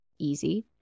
easy